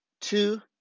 two